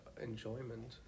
enjoyment